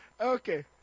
okay